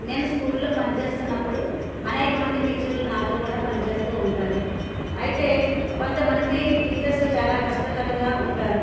నేను స్కూల్లో పనిచేస్తున్నప్పుడు అనేక మంది టీచర్లు నాతో కూడా పనిచేస్తూ ఉంటారు అయితే కొంతమంది టీచర్స్ చాలా కష్టకరంగా ఉంటారు